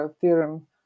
theorem